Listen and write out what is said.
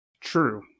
true